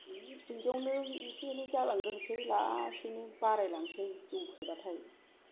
बिदियावनो इसे इनै जालायग्रोनोसै लासैनो बारायलांनोसै जौ फेब्लाथाय